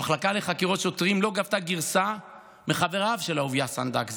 המחלקה לחקירת שוטרים לא גבתה גרסה מחבריו של אהוביה סנדק ז"ל,